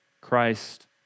Christ